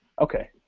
Okay